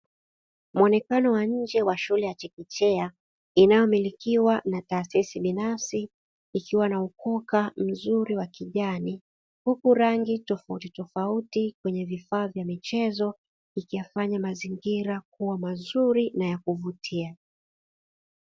Muonekano wa nnje wa shule ya chekechea, inayomilikiwa na taasisi binafsi ikiwa na ukoka mzuri wa kijani huku rangi tofauti tofauti kwenye vifaa vya michezo, ikiyafanya mazingira kuwa mazuri na ya kuvutia.